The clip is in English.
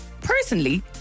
personally